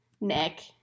Nick